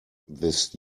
this